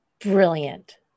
brilliant